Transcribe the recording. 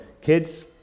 kids